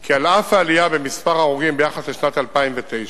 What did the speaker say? כי על אף העלייה במספר ההרוגים ביחס לשנת 2009,